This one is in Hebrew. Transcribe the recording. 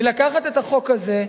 היא לקחת את החוק הזה,